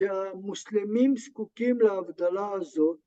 ‫שהמוסלמים זקוקים להבדלה הזאת